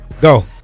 Go